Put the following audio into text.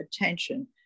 attention